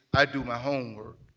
i do my homework.